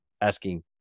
asking